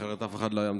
אחרת אף אחד לא היה מדבר.